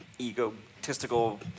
egotistical